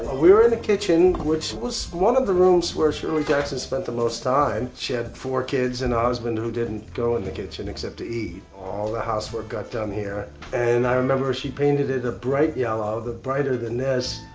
ah we're in the kitchen which was one of the rooms where shirley jackson spent the most time. she had four kids and a husband who didn't go in the kitchen except to eat. all the housework got done here and i remember she painted it a bright yellow, brighter than this.